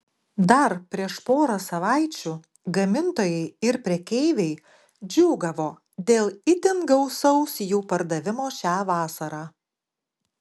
dar prieš porą savaičių gamintojai ir prekeiviai džiūgavo dėl itin gausaus jų pardavimo šią vasarą